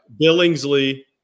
Billingsley